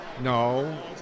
No